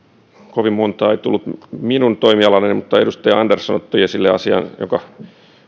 kovin montaa kysymystä ei tullut minun toimialalleni mutta edustaja andersson otti esille asian joka